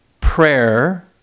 prayer